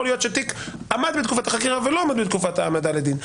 יכול להיות שתיק עמד בתקופת החקירה ולא עמד בתקופת ההעמדה לדין.